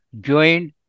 joined